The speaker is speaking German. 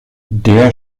der